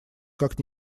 как